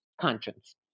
conscience